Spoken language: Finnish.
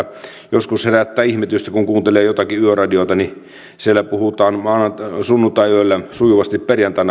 joskus herättää ihmetystä kun kuuntelee jotakin yöradiota että siellä puhutaan sunnuntaiyöllä sujuvasti